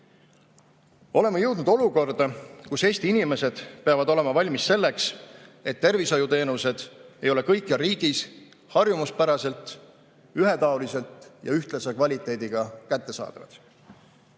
Oleme jõudnud olukorda, kus Eesti inimesed peavad olema valmis selleks, et tervishoiuteenused ei ole kõikjal riigis harjumuspäraselt, ühetaoliselt ja ühtlase kvaliteediga kättesaadavad.